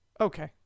Okay